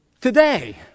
today